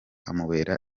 amubera